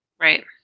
Right